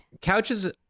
Couches